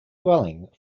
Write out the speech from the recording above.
dwelling